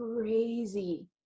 crazy